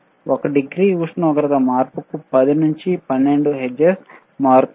1 degree ఉష్ణోగ్రత మార్పు కు 10 నుండి 12 హెర్ట్జ్ మారుతుంది